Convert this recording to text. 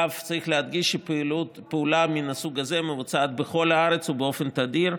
צריך להדגיש שפעולה מן הסוג הזה מבוצעת בכל הארץ ובאופן תדיר,